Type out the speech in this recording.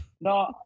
No